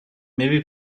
maybe